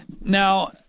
Now